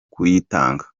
kuyitanga